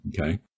okay